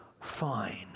fine